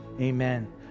amen